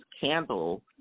candle